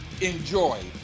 Enjoy